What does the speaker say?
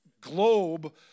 globe